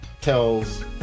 tells